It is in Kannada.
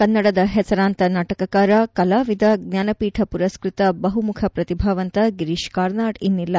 ಕನ್ನಡದ ಹೆಸರಾಂತ ನಾಟಕಕಾರ ಕಲಾವಿದ ಜ್ವಾನಪೀಠ ಮರಸ್ವತ ಬಹುಮುಖ ಪ್ರತಿಭಾವಂತ ಗಿರೀಶ್ ಕಾರ್ನಾಡ್ ಇನ್ನಿಲ್ಲ